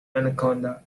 anaconda